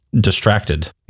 distracted